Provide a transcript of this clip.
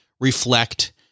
reflect